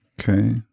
Okay